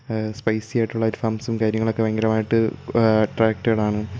spicy ആയിട്ടുള്ള അൽഫാമ്സും കാര്യങ്ങളൊക്കെ ഭയങ്കരമായിട്ട് അട്ട്രാക്ടഡാണ്